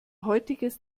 heutiges